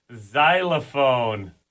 xylophone